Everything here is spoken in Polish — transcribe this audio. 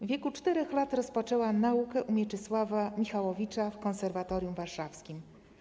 W wieku 4 lat rozpoczęła naukę u Mieczysława Michałowicza w konserwatorium warszawskim.